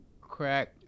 crack